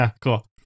Cool